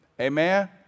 Amen